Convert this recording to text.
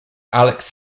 alex